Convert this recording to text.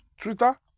Twitter